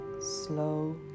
slow